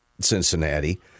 Cincinnati